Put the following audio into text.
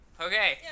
Okay